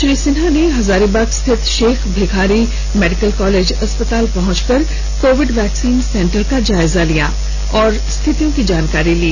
श्री सिन्हा ने हजारीबाग स्थित Sheikh Bhikhari medical college अस्पताल पहुंचकर कोविड वैक्सीन सेंटर का जायजा लिया और स्थितियों की जानकारी ली